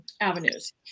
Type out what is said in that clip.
avenues